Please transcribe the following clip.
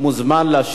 תודה רבה.